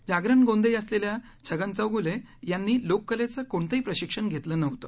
जागरण गोंधळी असलेल्या छगन चौघूले यांनी लोककलेचं कोणतही प्रशिक्षण घेतलं नव्हत